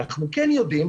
אנחנו כן יודעים,